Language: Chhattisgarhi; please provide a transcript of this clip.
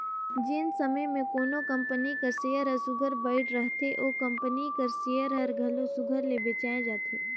जेन समे में कोनो कंपनी कर सेयर हर सुग्घर बइढ़ रहथे ओ कंपनी कर सेयर हर घलो सुघर ले बेंचाए जाथे